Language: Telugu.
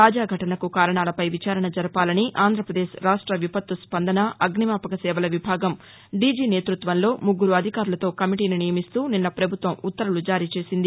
తాజా ఘటనకు కారణాలపై విచారణ జరపాలని ఆంధ్ర ప్రదేశ్ రాష్ట విపత్తు స్పందన అగ్నిమాపక సేవల విభాగం దీజీ నేతృత్వంలో ముగ్గురు అధికారులతో కమిటీని నియమిస్తూ నిన్న ప్రభుత్వం ఉత్తర్వులు జారీచేసింది